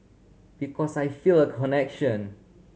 because I feel a connection